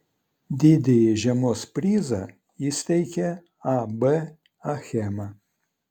didįjį žiemos prizą įsteigė ab achema